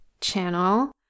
channel